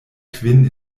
kvin